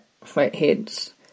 flatheads